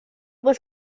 was